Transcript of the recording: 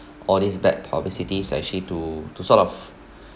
all these bad publicity are actually to to sort of